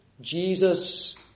Jesus